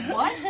what?